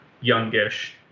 youngish